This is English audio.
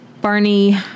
Barney